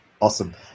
Awesome